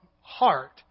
heart